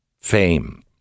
Fame